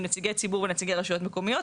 נציגי ציבור ונציגי רשויות מקומיות,